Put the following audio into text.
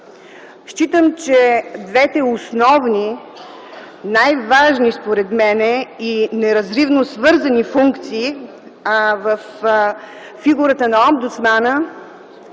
Считам, че двете основни, най-важни, според мен, и неразривно свързани функции във фигурата на омбудсмана